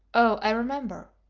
oh! i remember